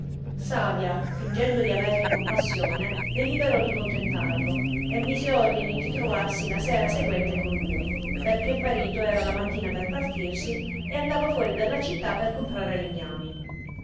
savia fingendo di avergli compassione deliberò di contentarlo e mise ordine di trovarsi la sera seguente con lui perchè il marito era la mattina per partirsi e andava fuori della città per comprare legnami